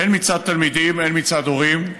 הן מצד תלמידים הן מצד הורים.